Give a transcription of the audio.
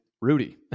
Rudy